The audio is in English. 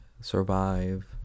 survive